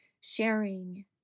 sharing